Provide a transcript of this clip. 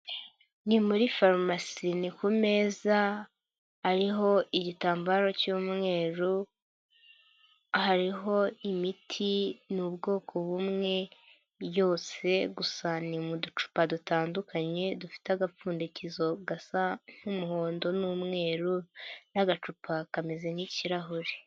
Ni muri farumasi ni ku meza hariho igitambaro cy'umweru, hariho imiti ni ubwoko bumwe byose gusa ni mu ducupa dutandukanye dufite agapfundikizo gasa nk'umuhondo n'umweru n'agacupa kameze nk'ikirahure.